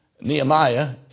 Nehemiah